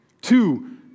Two